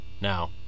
Now